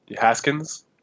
Haskins